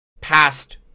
past